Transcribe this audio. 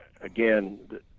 again